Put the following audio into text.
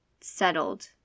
settled